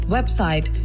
Website